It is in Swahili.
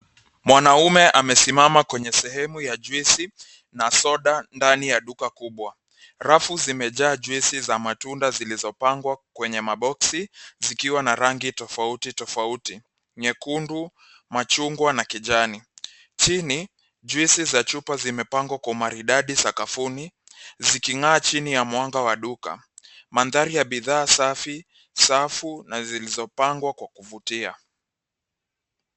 Mwanaume amesimama kwenye sehemu ya juisi na soda, ndani ya duka kubwa. Rafu zimejaa juisi za matunda zilizopangwa kwenye maboksi zikiwa na rangi tofauti tofauti, nyekundu, machungwa, na kijani. Chini, juisi za chupa zimepangwa kwa umaridadi sakafuni, ziking'aa chini ya mwanga wa duka. Mandhari ya bidhaa safi, safu, na zilizopangwa kwa kuvutia.